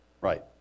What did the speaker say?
right